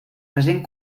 present